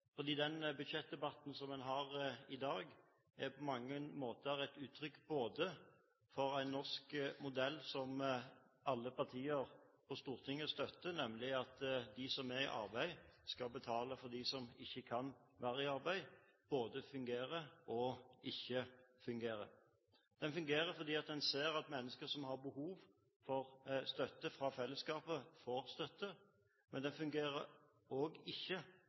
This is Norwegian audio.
Den budsjettdebatten en har i dag, er på mange måter et uttrykk for at den norske modellen, som alle partier på Stortinget støtter, nemlig at de som er i arbeid, skal betale for dem som ikke kan være i arbeid, både fungerer og ikke fungerer. Den fungerer fordi en ser at mennesker som har behov for støtte fra fellesskapet, får støtte, men den fungerer ikke når en ser at det er en kraftig vekst, og